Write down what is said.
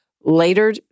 later